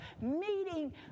meeting